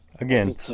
again